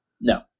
No